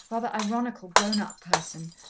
rather ironical grown-up person,